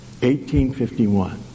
1851